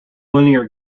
linear